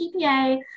GPA